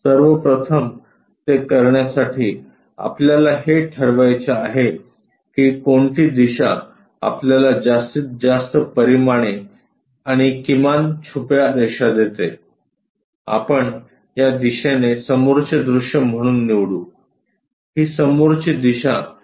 सर्वप्रथम ते करण्यासाठी आपल्याला हे ठरवायचे आहे की कोणती दिशा आपल्याला जास्तीत जास्त परिमाणे आणि किमान छुप्या रेषा देते आपण या दिशेने समोरचे दृश्य म्हणून निवडू ही समोरची दिशा आहे